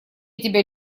тебя